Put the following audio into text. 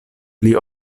pli